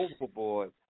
overboard